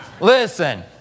Listen